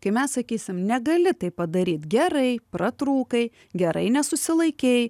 kai mes sakysim negali taip padaryt gerai pratrūkai gerai nesusilaikei